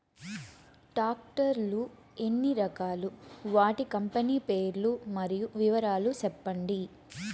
Tractor లు ఎన్ని రకాలు? వాటి కంపెని పేర్లు మరియు వివరాలు సెప్పండి?